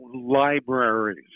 libraries